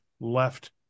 left